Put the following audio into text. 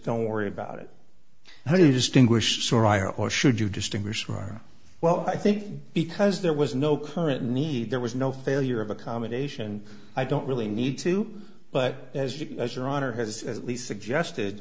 don't worry about it how do you distinguish soraya or should you distinguish from well i think because there was no current need there was no failure of accommodation i don't really need to but as your honor has at least suggested